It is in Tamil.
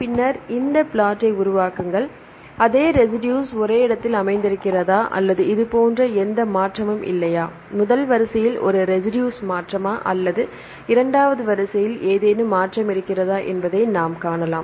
பின்னர் இந்த பிளாட்டை உருவாக்குங்கள் அதே ரெசிடுஸ் ஒரே இடத்தில் அமைந்திருக்கிறதா அல்லது இது போன்ற எந்த மாற்றமும் இல்லையா முதல் வரிசையில் ஒரு ரெசிடுஸ் மாற்றமா அல்லது இரண்டாவது வரிசையில் ஏதேனும் மாற்றம் இருக்கிறதா என்பதை நாம் காணலாம்